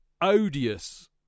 odious